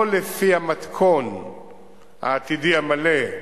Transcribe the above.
לא לפי המתכון העתידי המלא.